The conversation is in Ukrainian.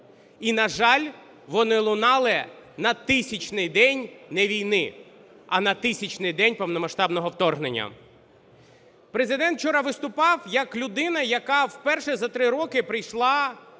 І, на жаль, вони лунали на 1000 день не війни, а на 1000 день повномасштабного вторгнення. Президент вчора виступав як людина, яка вперше за три роки прийшла